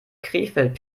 krefeld